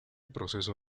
proceso